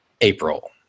April